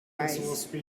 rise